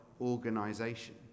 organization